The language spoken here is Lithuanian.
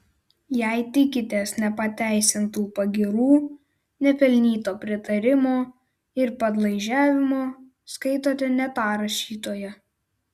jei tikitės nepateisintų pagyrų nepelnyto pritarimo ir padlaižiavimo skaitote ne tą rašytoją